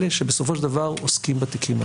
אלה שבסופו של דבר עוסקים בתיקים האלה.